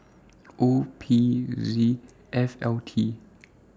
O P Z L F T